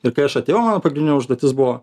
ir kai aš atėjau mano pagrindinė užduotis buvo